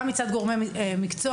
גם מצד גורמי מקצוע,